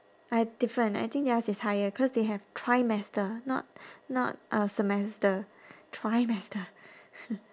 I different I think theirs is higher cause they have trimester not not uh semester trimester